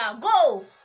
Go